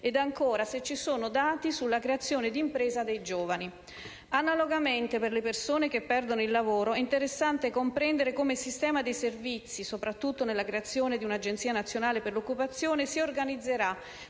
ed ancora se ci sono dati sulla creazione d'impresa dei giovani. Analogamente, per le persone che perdono il lavoro, è interessante comprendere come si organizzerà il sistema dei servizi, soprattutto nella creazione di un'agenzia nazionale per l'occupazione, perché